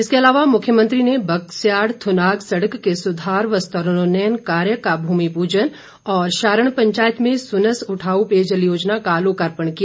इसके अलावा मुख्यमंत्री ने बगस्याड थुनाग सड़क के सुधार व स्तरोन्यन कार्य का भूमि पूजन और शारण पंचायत में सुनस उठाऊ पेयजल योजना का लोकार्पण किया